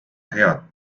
head